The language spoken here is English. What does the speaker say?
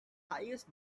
highest